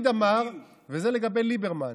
זה לגבי ליברמן.